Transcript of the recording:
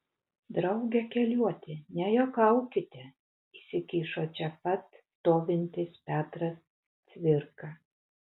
drauge keliuoti nejuokaukite įsikišo čia pat stovintis petras cvirka